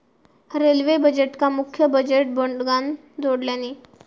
railway बजेटका मुख्य budget वंगडान जोडल्यानी